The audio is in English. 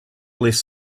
less